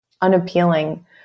unappealing